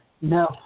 No